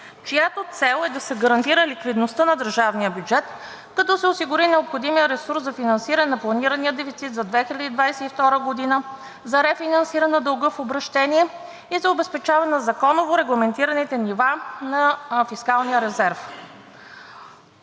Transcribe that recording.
чиято цел е да се гарантира ликвидността на държавния бюджет, като се осигури необходимият ресурс за финансиране на планирания дефицит за 2022 г., за рефинансиране на дълга в обращение и за обезпечаване на законово регламентираните нива на фискалния резерв.